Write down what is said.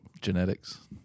Genetics